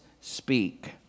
speak